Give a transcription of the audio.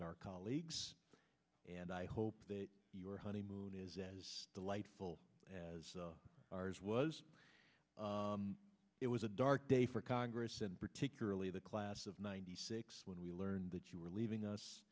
our colleagues and i hope that your honeymoon is as delightful as ours was it was a dark day for congress and particularly the class of ninety six when we learned that you were leaving us